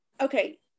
Okay